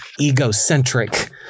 egocentric